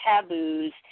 taboos